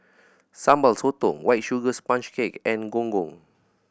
Sambal Sotong White Sugar Sponge Cake and Gong Gong